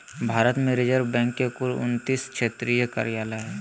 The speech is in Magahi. भारत में रिज़र्व बैंक के कुल उन्तीस क्षेत्रीय कार्यालय हइ